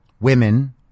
women